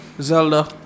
zelda